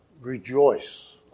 rejoice